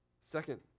Second